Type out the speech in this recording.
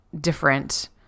different